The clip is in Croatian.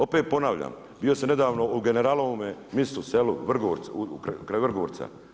Opet ponavljam, bio sam nedavno u generalovome mistu, selu Vrgorcu, kraj Vrgorca.